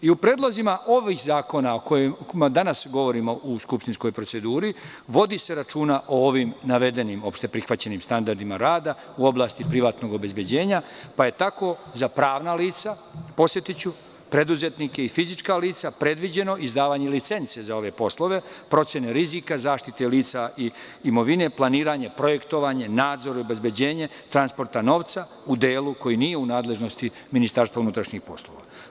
I u predlozima ovih zakona, o kojima danas govorimo u skupštinskoj proceduri, vodi se računa o ovim navedenim opšteprihvaćenim standardima rada u oblasti privatnog obezbeđenja, pa je tako za pravna lica, preduzetnike i fizička lica predviđeno izdavanje licence za ove poslove, procene rizika, zaštite lica i imovine, planiranje, projektovanje, nadzor i obezbeđenje, transporta novca u delu koji nije u nadležnosti MUP.